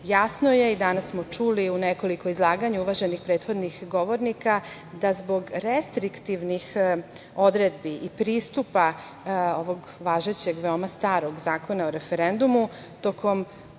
jasno je, i danas smo čuli u nekoliko izlaganja uvaženih prethodnih govornika, da zbog restriktivnih odredbi i pristupa ovog važećeg veoma starog Zakona o referendumu tokom